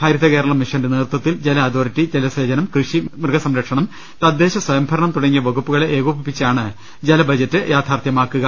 ഹരിതകേരളം മിഷ്ടന്റെ നേതൃത്വത്തിൽ ജലഅതോറിറ്റി ജലസേചനം കൃഷി മൃഗസംരക്ഷണം തദ്ദേശസ്യയംഭരണം തുട ങ്ങിയ വകുപ്പുകളെ ഏകോപിപ്പിച്ചാണ് ജലബഡ്ജറ്റ് യാഥാർത്ഥ്യമാക്കുക